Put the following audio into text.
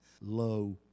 low